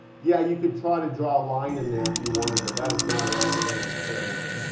yeah, you could try to draw a line in there if you wanted, but that is not a line of very good fit, is it?